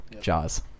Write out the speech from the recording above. Jaws